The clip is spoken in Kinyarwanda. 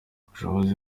ubushobozi